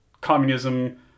communism